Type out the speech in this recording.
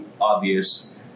obvious